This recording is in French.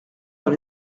dans